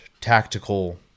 tactical